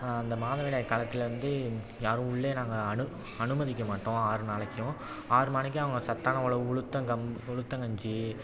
அந்த மாதவிடாய் காலத்தில் வந்து யாரும் உள்ளேயே நாங்கள் அனு அனுமதிக்க மாட்டோம் ஆறு நாளைக்கும் ஆறு மணிக்கு அவங்க சத்தான உணவு உளுத்தங்கம் உளுத்தங்கஞ்சி